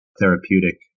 therapeutic